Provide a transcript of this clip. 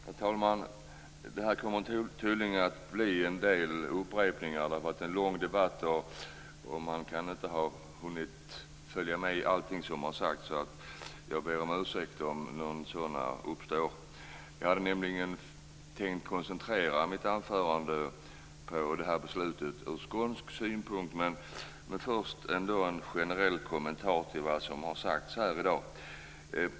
Herr talman! Det kommer tydligen att bli en del upprepningar. Det har varit en lång debatt och man kan inte hinna följa med i allting som sägs. Jag ber om ursäkt om några sådana uppstår. Jag hade nämligen tänkt koncentrera mitt anförande på det här beslutet ur skånsk synpunkt, men först har jag en generell kommentar till det som har sagts här i dag.